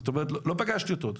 זאת אומרת, לא פגשתי אותו,